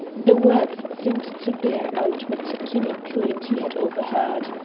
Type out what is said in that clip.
the words seemed to bear out what kinney claimed he had overheard.